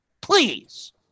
please